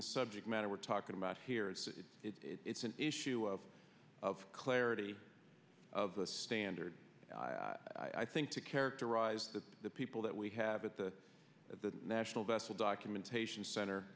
the subject matter we're talking about here and it's an issue of of clarity of the standard i think to characterize that the people that we have at the at the national vessel documentation center